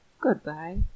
goodbye